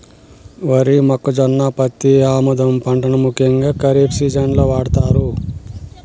వరి, మొక్కజొన్న, పత్తి, ఆముదం పంటలను ముఖ్యంగా ఖరీఫ్ సీజన్ లో పండిత్తారు